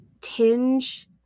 tinge